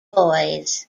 boys